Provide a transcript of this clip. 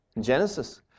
Genesis